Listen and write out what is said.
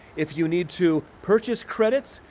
if you need to purchase credits,